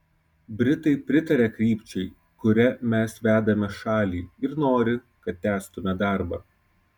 britai pritaria krypčiai kuria mes vedame šalį ir nori kad tęstume darbą